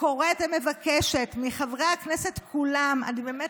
קוראת ומבקשת מחברי הכנסת כולם אני באמת